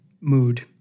mood